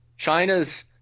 China's